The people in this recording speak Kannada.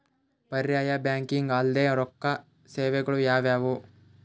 ಪರ್ಯಾಯ ಬ್ಯಾಂಕಿಂಗ್ ಅಲ್ದೇ ರೊಕ್ಕ ಸೇವೆಗಳು ಯಾವ್ಯಾವು?